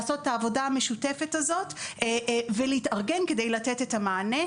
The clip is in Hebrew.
לעשות את העבודה המשותפת הזאת ולהתארגן כדי לתת את המענה.